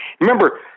Remember